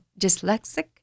dyslexic